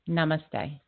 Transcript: Namaste